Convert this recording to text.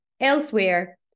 elsewhere